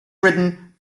written